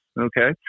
okay